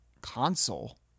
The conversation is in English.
console